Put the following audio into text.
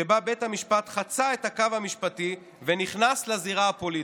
שבה בית המשפט חצה את הקו המשפטי ונכנס לזירה הפוליטית.